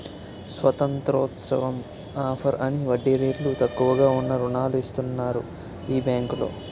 స్వతంత్రోత్సవం offer అని వడ్డీ రేట్లు తక్కువగా ఉన్న రుణాలు ఇస్తన్నారు ఈ బేంకులో